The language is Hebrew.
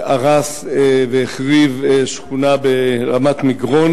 הרס והחריב שכונה ברמת-מגרון.